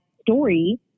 story